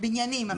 בניינים אפילו.